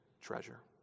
treasure